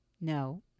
No